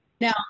Now